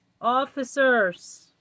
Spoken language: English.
officers